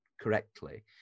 correctly